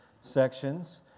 sections